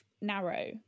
narrow